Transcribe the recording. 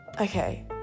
okay